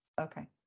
Okay